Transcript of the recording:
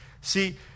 See